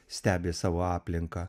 stebi savo aplinką